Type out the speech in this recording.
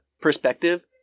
perspective